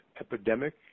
epidemic